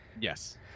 yes